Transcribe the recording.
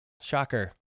Shocker